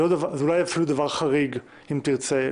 זה לא היה אפילו דבר חריג, אם תרצה.